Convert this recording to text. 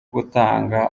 gutanga